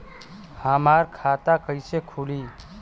हमार खाता कईसे खुली?